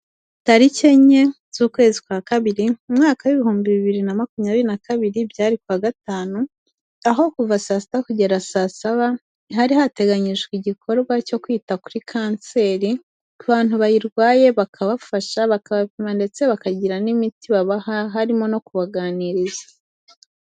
Tariki enye z'ukwezi kwa kabiri mu mwaka w'ibihumbi bibiri na makumyabiri na kabiri byari kuwa gatanu aho kuva saa sita kugera saa saba hari hateganyijwe igikorwa cyo kwita kuri kanseri ku bantu bayirwaye, bakabafash, bakabapima ndetse bakagira n'imiti babaha harimo no kubaganiriza.